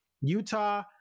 Utah